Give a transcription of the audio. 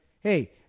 hey